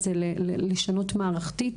היא לשנות מערכתית.